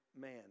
man